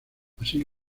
así